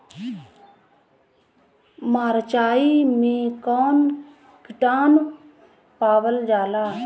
मारचाई मे कौन किटानु पावल जाला?